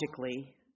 logically